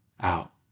out